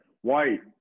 white